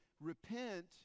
repent